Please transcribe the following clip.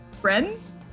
friends